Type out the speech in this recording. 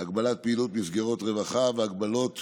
הפעילות הציבורית והמשקית